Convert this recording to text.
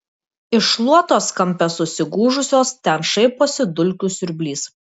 iš šluotos kampe susigūžusios ten šaiposi dulkių siurblys